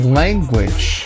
language